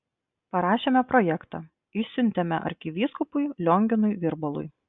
parašėme projektą išsiuntėme arkivyskupui lionginui virbalui